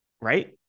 right